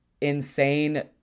insane